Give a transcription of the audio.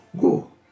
go